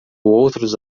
outros